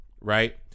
Right